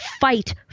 fight